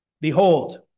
Behold